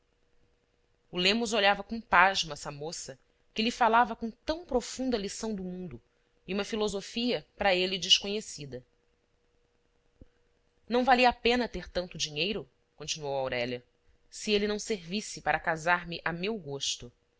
o lemos olhava com pasmo essa moça que lhe falava com tão profunda lição do mundo e uma filosofia para ele desconhecida não valia a pena ter tanto dinheiro continuou aurélia se ele não servisse para casar-me a meu gosto